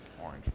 orange